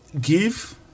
give